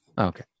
Okay